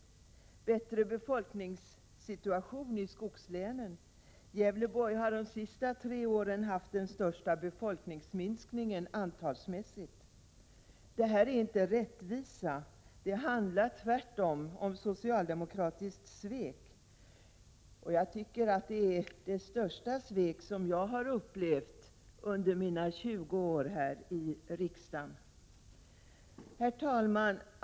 Industriministern talade även om en bättre befolkningssituation i skogslänen. Gävleborgs län har under de senaste tre åren haft den största befolkningsminskningen. Det här är inte rättvisa. Tvärtom handlar det om socialdemokratiskt svek. Jag tycker att det är det största svek som jag har upplevt under mina 20 år här i riksdagen. Herr talman!